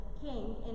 king